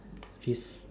fifth